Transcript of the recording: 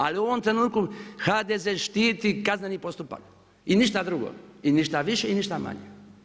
Ali u ovom trenutku HDZ štiti kazneni postupak i ništa drugo i ništa više i ništa manje.